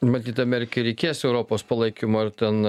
matyt amerikai reikės europos palaikymo ar ten